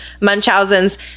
Munchausen's